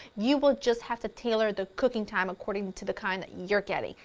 you will just have to tailor the cooking time according to the kind that you're getting.